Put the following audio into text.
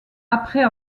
après